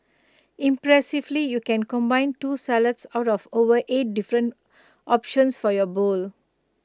impressively you can combine two salads out of over eight different options for your bowl